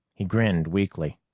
he grinned weakly.